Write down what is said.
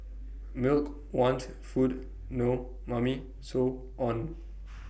milk want food no Mummy so on